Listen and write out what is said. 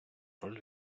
роль